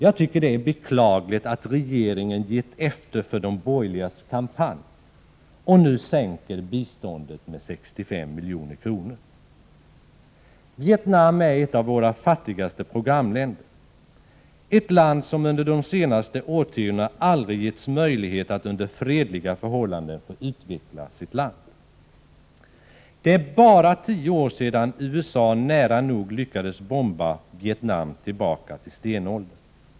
Jag tycker det är beklagligt att regeringen gett efter för de borgerligas kampanj, och nu sänker biståndet med 65 milj.kr. Vietnam är ett av våra fattigaste programländer. Det är ett land som under de senaste årtiondena aldrig getts möjlighet att under fredliga förhållanden få utveckla sitt land. Det är bara tio år sedan USA nära nog lyckades bomba Vietnam tillbaka till stenåldern.